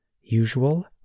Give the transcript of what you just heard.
usual